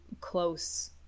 close